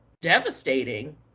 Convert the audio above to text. devastating